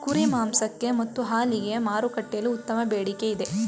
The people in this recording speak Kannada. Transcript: ಕುರಿ ಮಾಂಸಕ್ಕೆ ಮತ್ತು ಹಾಲಿಗೆ ಮಾರುಕಟ್ಟೆಯಲ್ಲಿ ಉತ್ತಮ ಬೇಡಿಕೆ ಇದೆ